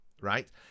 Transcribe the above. right